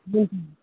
हुन्छ